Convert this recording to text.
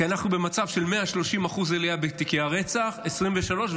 כי אנחנו במצב של 130% עלייה בתיקי הרצח ב-2023,